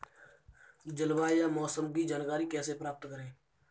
जलवायु या मौसम की जानकारी कैसे प्राप्त करें?